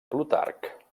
plutarc